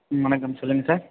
ம் வணக்கம் சொல்லுங்கள் சார்